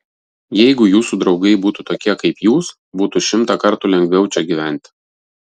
jeigu jūsų draugai būtų tokie kaip jūs būtų šimtą kartų lengviau čia gyventi